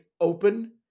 open